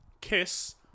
kiss